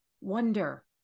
wonder